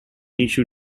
issue